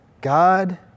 God